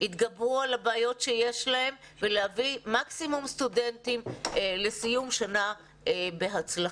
יתגברו על הבעיות שיש להם ולהביא מקסימום סטודנטים לסיום שנה בהצלחה.